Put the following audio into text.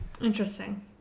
Interesting